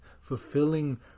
fulfilling